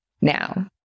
Now